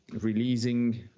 releasing